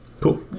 Cool